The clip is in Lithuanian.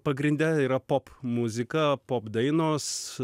pagrinde yra pop muzika pop dainos